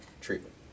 treatment